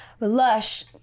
lush